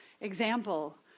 example